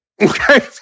Okay